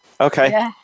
Okay